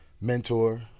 mentor